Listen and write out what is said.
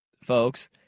folks